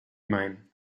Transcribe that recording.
mine